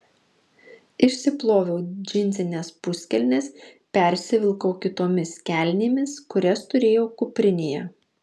išsiploviau džinsines puskelnes persivilkau kitomis kelnėmis kurias turėjau kuprinėje